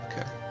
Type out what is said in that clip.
Okay